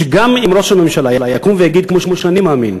שגם אם ראש הממשלה יקום ויגיד, כמו שאני מאמין,